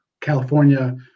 California